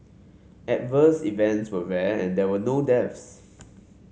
adverse events were rare and there were no deaths